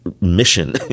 mission